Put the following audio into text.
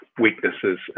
weaknesses